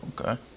Okay